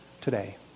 today